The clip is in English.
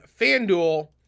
FanDuel